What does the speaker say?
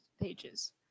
pages